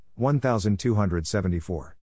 1274